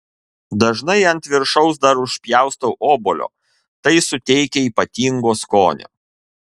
dažnai ant viršaus dar užpjaustau obuolio tai suteikia ypatingo skonio